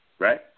Right